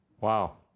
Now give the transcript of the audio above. Wow